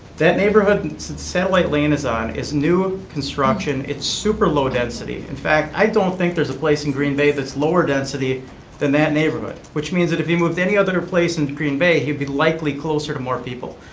that neighborhood and satellite lane is on is new construction. it's super low density. in fact, i don't think there's a place in green bay that's lower density than that neighborhood, which means that if he moved any other place in green bay, he'd be likely closer to more people.